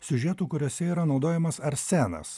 siužetų kuriuose yra naudojamas arsenas